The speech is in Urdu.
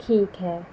ٹھیک ہے